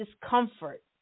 discomfort